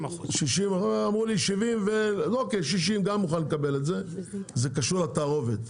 60%. אמרו לי 70%. אני מוכן לקבל גם 60%. פעם אחת ירד מחיר התערובת?